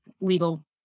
legal